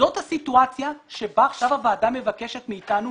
זאת הסיטואציה בה עכשיו הוועדה מבקשת מאתנו,